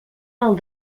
del